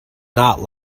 not